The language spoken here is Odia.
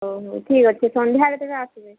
ହଉ ହଉ ଠିକ୍ ଅଛେ ସନ୍ଧ୍ୟାରେ ତେବେ ଆସିବେ